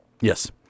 Yes